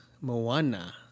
Moana